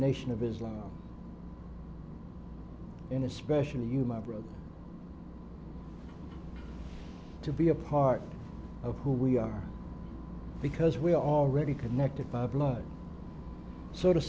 nation of islam in especially you my brother to be a part of who we are because we are already connected by blood so